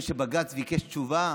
ראינו שבג"ץ ביקש תשובה